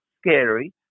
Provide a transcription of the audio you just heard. scary